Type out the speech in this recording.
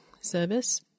service